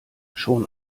schon